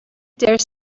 dare